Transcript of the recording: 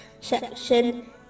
section